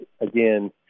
again